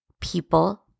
people